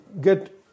get